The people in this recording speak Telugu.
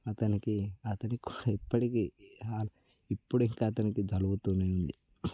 అతనికి అతనికో ఇప్పడికి ఇప్పుడింకా అతనికి జలుబుతోనే ఉంది